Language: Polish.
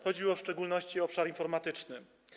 Chodziło w szczególności o obszar informatyczny.